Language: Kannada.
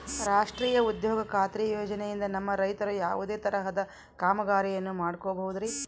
ರಾಷ್ಟ್ರೇಯ ಉದ್ಯೋಗ ಖಾತ್ರಿ ಯೋಜನೆಯಿಂದ ನಮ್ಮ ರೈತರು ಯಾವುದೇ ತರಹದ ಕಾಮಗಾರಿಯನ್ನು ಮಾಡ್ಕೋಬಹುದ್ರಿ?